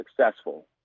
successful